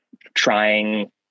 trying